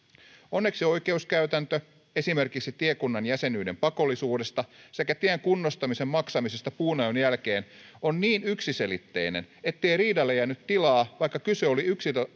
onneksi oikeuskäytäntö esimerkiksi tiekunnan jäsenyyden pakollisuudesta sekä tien kunnostamisen maksamisesta puunajon jälkeen on niin yksiselitteinen ettei riidalle jäänyt tilaa vaikka kyse oli